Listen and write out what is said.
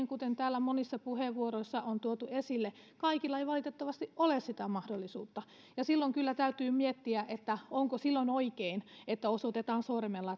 kuten täällä monissa puheenvuoroissa on tuotu esille kaikilla ei valitettavasti ole sitä mahdollisuutta silloin kyllä täytyy miettiä onko oikein että osoitetaan sormella